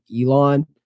Elon